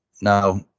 Now